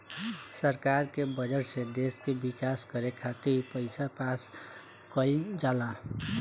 सरकार के बजट से देश के विकास करे खातिर पईसा पास कईल जाला